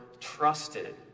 trusted